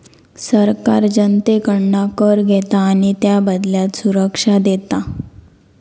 सरकार जनतेकडना कर घेता आणि त्याबदल्यात सुरक्षा देता